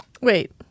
Wait